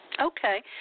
Okay